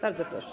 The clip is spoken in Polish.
Bardzo proszę.